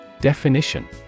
Definition